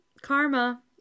karma